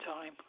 time